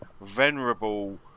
venerable